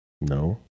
No